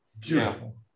Beautiful